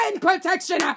protection